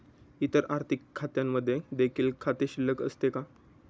इतर आर्थिक खात्यांमध्ये देखील खाते शिल्लक असते का?